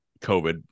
covid